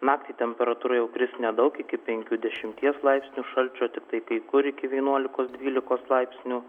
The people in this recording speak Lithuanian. naktį temperatūra jau kris nedaug iki penkių dešimties laipsnių šalčio tiktai kai kur iki vienuolikos dvylikos laipsnių